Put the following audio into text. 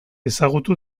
ezagutu